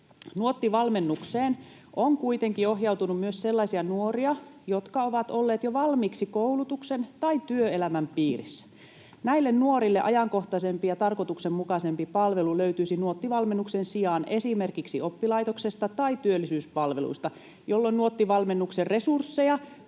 Nuotti-valmennukseen on kuitenkin ohjautunut myös sellaisia nuoria, jotka ovat olleet jo valmiiksi koulutuksen tai työelämän piirissä. Näille nuorille ajankohtaisempi ja tarkoituksenmukaisempi palvelu löytyisi Nuotti-valmennuksen sijaan esimerkiksi oppilaitoksesta tai työllisyyspalvelusta, jolloin Nuotti-valmennuksen resursseja